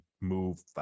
move